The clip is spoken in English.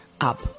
up